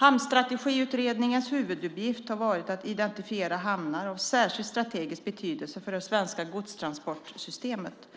Hamnstrategiutredningens huvuduppgift har varit att identifiera hamnar av särskilt strategisk betydelse för det svenska godstransportsystemet